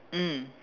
mm